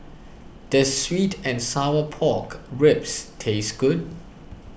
does Sweet and Sour Pork Ribs taste good